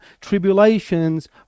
tribulations